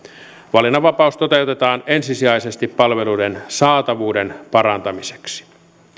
valinnanvapaus toteutetaan ensisijaisesti palveluiden saatavuuden parantamiseksi